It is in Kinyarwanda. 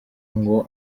ngo